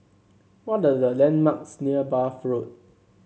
what are the landmarks near Bath Road